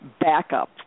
backup